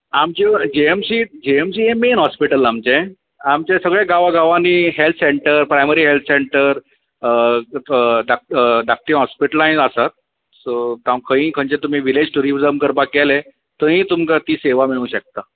आमच्यो G M C G M C हें main hospital आमचें आमचे सगळे गांवा गांवांनी health centre primary health centre धाक धाकटीं हॉस्पिटलांय आसात सो जावं खंय खंयचें तुमी विलेज ट्युव्युरिजम करपाक गेले थंयी तुमकां ती सेवा मेळूंक शकता